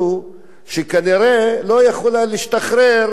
שכנראה לא יכולה להשתחרר מהגזענות.